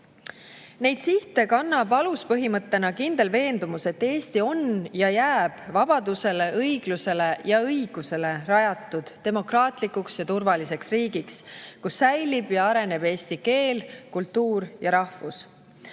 Neid sihte kannab aluspõhimõttena kindel veendumus, et Eesti on ja jääb vabadusele, õiglusele ja õigusele rajatud demokraatlikuks ja turvaliseks riigiks, kus säilib ja areneb eesti keel, kultuur ja rahvus.